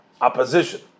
opposition